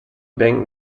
bank